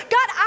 God